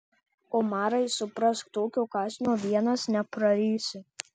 umarai suprask tokio kąsnio vienas neprarysi